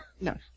No